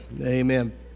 amen